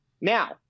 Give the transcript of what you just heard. Now